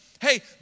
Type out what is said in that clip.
Hey